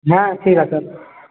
হ্যাঁ ঠিক আছে